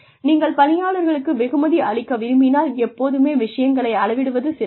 நீங்கள் பணியாளர்களுக்கு வெகுமதி அளிக்க விரும்பினால் எப்போதுமே விஷயங்களை அளவிடுவது சிறந்தது